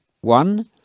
one